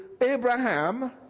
Abraham